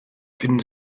finden